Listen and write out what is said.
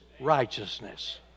righteousness